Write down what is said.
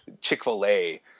Chick-fil-A